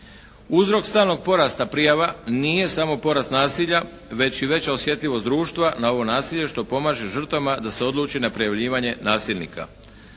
Uzrok stalnog porasta prijava nije samo porast nasilja već i veća osjetljivost društva na ovo nasilje što pomaže žrtvama da se odluči na prijavljivanje nasilnika.